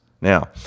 Now